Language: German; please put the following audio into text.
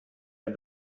der